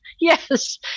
Yes